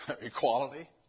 Equality